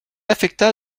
affecta